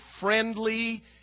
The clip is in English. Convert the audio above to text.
friendly